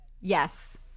Yes